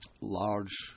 large